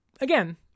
again